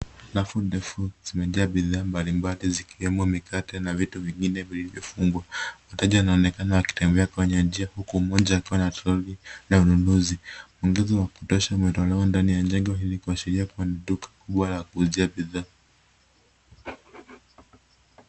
Rafu ndefu zimejaa bidhaa mbalimbali zikiwemo mikate na vitu vingine vilivyofungwa. Wateja wanaonekana wakitembea kwenye njia huku mmoja akiwa na trolley na ununuzi. Uongezi wa kutosha umetolewa ndani ya jengo hili kuashiria kuwa ni duka kubwa la kuuzia bidhaa.